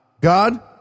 God